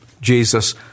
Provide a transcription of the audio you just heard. Jesus